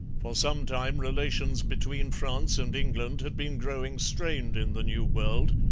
for some time relations between france and england had been growing strained in the new world,